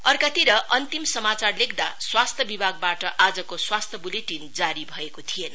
अर्कातिर अन्तिम समाचार लेख्दा स्वास्थ्य विभागबाट आजको स्वास्थ्य बुलेटिन जारी भएको थिएन